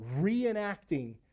reenacting